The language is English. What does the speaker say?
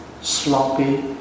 sloppy